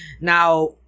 Now